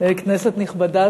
כנסת נכבדה.